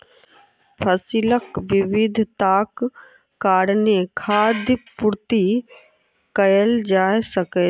फसीलक विविधताक कारणेँ खाद्य पूर्ति कएल जा सकै छै